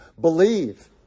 believe